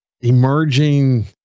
emerging